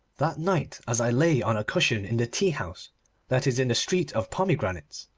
that night, as i lay on a cushion in the tea-house that is in the street of pomegranates,